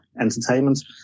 entertainment